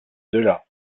delà